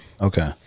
Okay